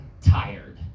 tired